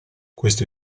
questo